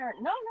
no